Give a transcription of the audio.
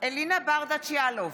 אלינה ברדץ' יאלוב,